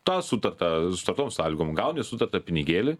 tą sutartą su tokiom sąlygom gauni sutartą pinigėlį